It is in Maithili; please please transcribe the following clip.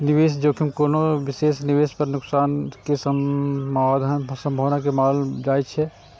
निवेश जोखिम कोनो विशेष निवेश पर नुकसान के संभावना के मानल जाइ छै